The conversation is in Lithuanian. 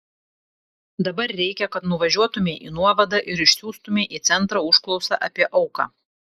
dabar reikia kad nuvažiuotumei į nuovadą ir išsiųstumei į centrą užklausą apie auką